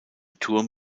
turm